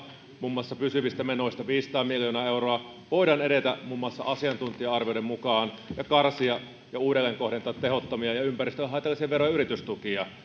muun muassa pysyvistä menoista viisisataa miljoonaa euroa voidaan edetä muun muassa asiantuntija arvioiden mukaan ja karsia ja uudelleenkohdentaa tehottomia ja ympäristölle haitallisia veroja ja yritystukia